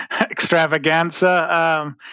extravaganza